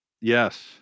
yes